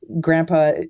Grandpa